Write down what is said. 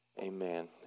Amen